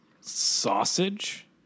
Sausage